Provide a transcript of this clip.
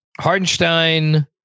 Hardenstein